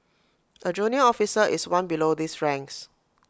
A junior officer is one below these ranks